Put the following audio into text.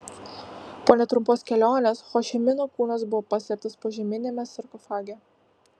po netrumpos kelionės ho ši mino kūnas buvo paslėptas požeminiame sarkofage